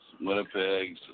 Winnipeg